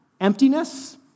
Emptiness